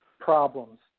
problems